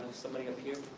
somebody up here?